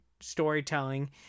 storytelling